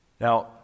Now